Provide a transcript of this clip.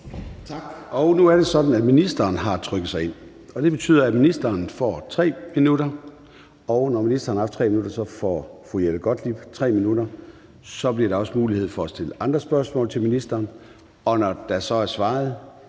Tak. Nu er det sådan, at ministeren har trykket sig ind, og det betyder, at ministeren får 3 minutter, og når ministeren har haft 3 minutter, får fru Jette Gottlieb 3 minutter. Så bliver der også mulighed for at stille andre spørgsmål til ministeren, og når der så er svaret,